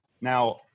Now